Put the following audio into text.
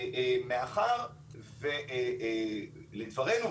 מאחר ולדברינו,